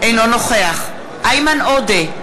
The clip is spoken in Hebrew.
אינו נוכח איימן עודה,